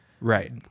Right